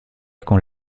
con